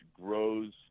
grows